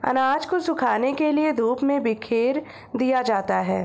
अनाज को सुखाने के लिए धूप में बिखेर दिया जाता है